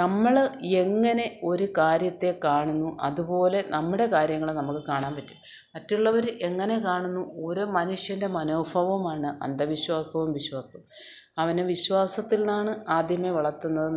നമ്മൾ എങ്ങനെ ഒരു കാര്യത്തെ കാണുന്നു അതുപോലെ നമ്മുടെ കാര്യങ്ങളെ നമുക്ക് കാണാൻപറ്റും മറ്റുളവർ എങ്ങനെ കാണുന്നു ഓരോ മനുഷ്യൻ്റെ മനോഭാവമാണ് അന്ധവിശ്വാസവും വിശ്വാസവും അവനെ വിശ്വാസത്തിലാണ് ആദ്യമേ വളത്തുന്നത്